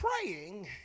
praying